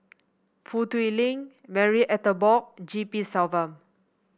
Foo Tui Liew Marie Ethel Bong G P Selvam